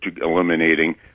eliminating